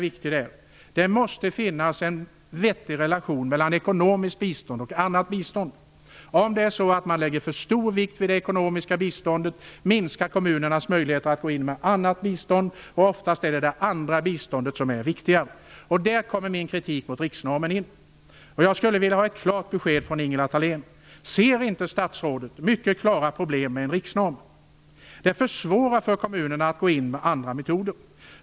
Det måste också finnas en vettig relation mellan ekonomiskt bistånd och annat bistånd. Om för stor vikt läggs vid det ekonomiska biståndet minskar kommunernas möjligheter att gå in med annat bistånd, och oftast är det det andra biståndet som är det viktiga. Där kommer min kritik mot riksnormen in. Jag skulle vilja ha ett klart besked från Ingela Thalén. Ser inte statsrådet mycket klara problem med en riksnorm? En sådan försvårar för kommunerna att gå in med andra metoder.